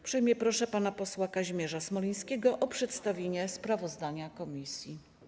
Uprzejmie proszę pana posła Kazimierza Smolińskiego o przedstawienie sprawozdania komisji.